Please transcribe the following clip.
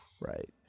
Right